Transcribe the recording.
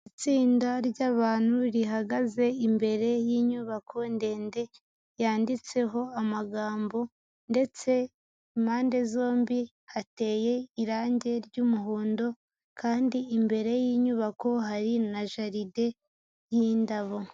Itsinda ry'abantu rihagaze imbere y'inyubako ndende yanditseho amagambo ndetse impande zombi hateye irange ry'umuhondo kandi imbere y'inyubako hari na jaride y'indabo.